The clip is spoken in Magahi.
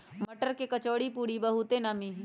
मट्टर के कचौरीपूरी बहुते नामि हइ